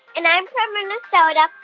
and i'm from minnesota.